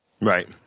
Right